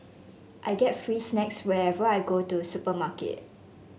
I get free snacks whenever I go to the supermarket